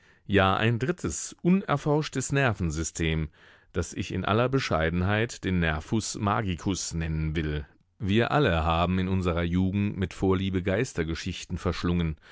ja ein drittes unerforschtes nervensystem das ich in aller bescheidenheit den nervus magicus nennen will wir alle haben in unserer jugend mit vorliebe geistergeschichten verschlungen